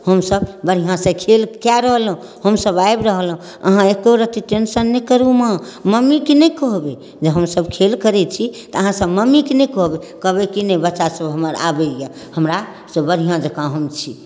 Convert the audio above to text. हम सब बढ़िआँसँ खेल कए रहलहुँ हम सब आबि रहलहुँ अहाँ एको रति टेंशन नहि करू माँ मम्मीके नहि कहबै जे हम सब खेल करै छी अहाँ सब मम्मीके नहि कहबै कहबै कि नहि बच्चासब हमर आबैए हमरासँ बढ़िआँ जकाँ हम छी